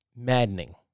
Maddening